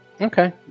Okay